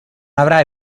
avrai